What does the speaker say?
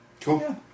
Cool